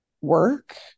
work